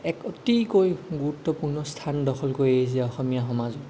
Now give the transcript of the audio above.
এক অতিকৈ গুৰুত্বপূৰ্ণ স্থান দখল কৰি আহিছে অসমীয়া সমাজত